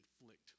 inflict